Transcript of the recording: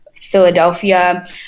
Philadelphia